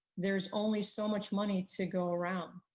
there's only so much money to go around.